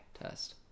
test